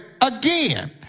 again